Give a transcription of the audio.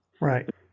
Right